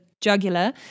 jugular